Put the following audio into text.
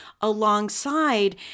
alongside